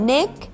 Nick